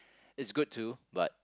is good to but